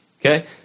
Okay